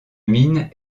mine